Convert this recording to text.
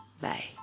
bye